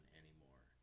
anymore